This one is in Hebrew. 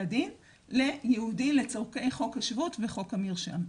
הדין ליהודי לצורכי חוק השבות וחוק המרשם,